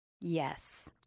Yes